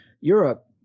europe